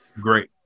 great